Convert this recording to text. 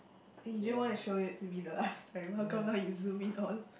eh you didn't want to show it to me the last time how come now you zoom in all